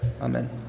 Amen